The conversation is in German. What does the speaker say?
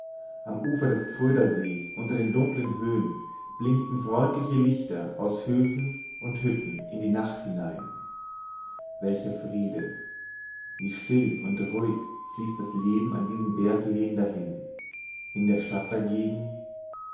am ufer des krödersees unter den dunkeln höhen blinkten freundliche lichter aus höfen und hütten in die nacht hinein welcher friede wie still und ruhig fließt das leben an diesen berglehnen dahin in der stadt dagegen